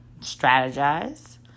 strategize